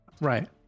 right